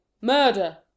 Murder